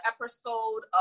episode